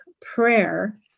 prayer